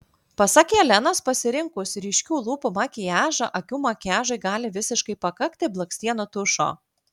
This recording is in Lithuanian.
pasak jelenos pasirinkus ryškių lūpų makiažą akių makiažui gali visiškai pakakti blakstienų tušo